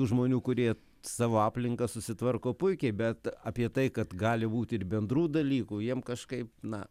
žmonių kurie savo aplinką susitvarko puikiai bet apie tai kad gali būti ir bendrų dalykų jiem kažkaip na